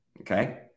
Okay